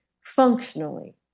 functionally